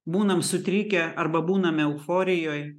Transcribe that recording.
būnam sutrikę arba būnam euforijoj